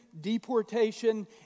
deportation